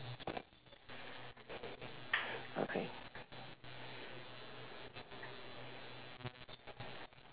okay